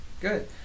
Good